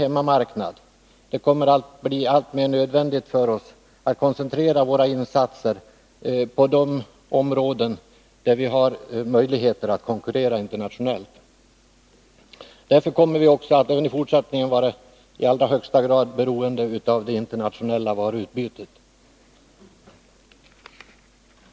Därför kommer det att bli allt nödvändigare för oss att koncentrera insatserna till de områden där vi har möjligheter att konkurrera internationellt. Vi kommer också i fortsättningen att i allra högsta grad vara beroende av det internationella varuutbytet.